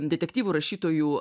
detektyvų rašytojų